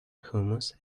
hummus